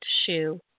shoe